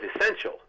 essential